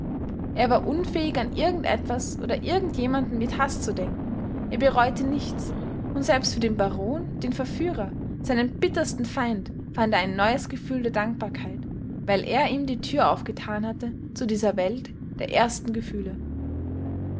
er war unfähig an irgend etwas oder irgend jemanden mit haß zu denken er bereute nichts und selbst für den baron den verführer seinen bittersten feind fand er ein neues gefühl der dankbarkeit weil er ihm die tür aufgetan hatte zu dieser welt der ersten gefühle